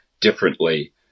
differently